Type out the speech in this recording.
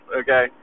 okay